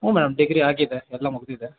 ಹ್ಞೂ madam degree ಆಗಿದೆ ಎಲ್ಲ ಮುಗಿದಿದೆ